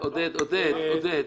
עודד, עודד.